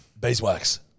Beeswax